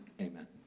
Amen